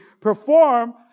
perform